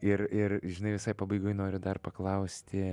ir ir žinai visai pabaigoj noriu dar paklausti